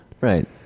Right